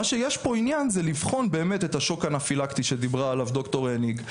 מה שיש פה זה לבחון באמת את השוק האנפילקטי שדיברה עליו ד"ר הניג,